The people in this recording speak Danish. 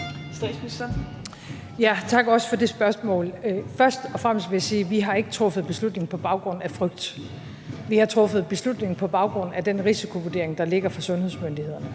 Tak også for det spørgsmål. Først og fremmest vil jeg sige, at vi ikke har truffet beslutning på baggrund af frygt. Vi har truffet beslutning på baggrund af den risikovurdering, der ligger fra sundhedsmyndighedernes